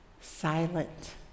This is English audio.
silent